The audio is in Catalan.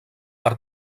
per